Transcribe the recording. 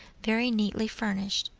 very neatly furnished.